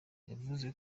yavuze